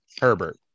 Herbert